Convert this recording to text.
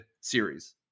series